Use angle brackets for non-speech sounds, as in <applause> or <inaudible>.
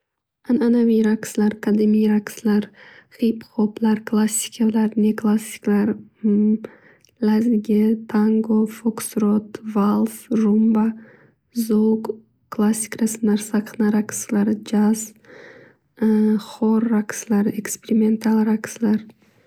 Ananaviy raqslar, qadimiy raqslar, hip hoplar, klassikalar, neklassikalar, <hesitation> lazgi, tango, foksrod, vals, rumba, zouk, klassik rasmlar, sahna raqslari, jazz, <hesitation> xo'r raqslari, experimental raqslar.